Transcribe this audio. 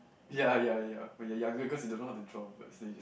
ya ya ya when you're younger cause you don't know how to draw birds then you just